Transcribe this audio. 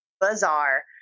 bizarre